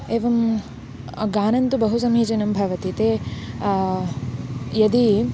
एवं गानं तु बहु समीचीनं भवति ते यदि